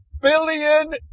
billion